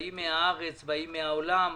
באים מן הארץ ומן העולם.